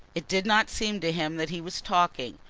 it did not seem to him that he was talking.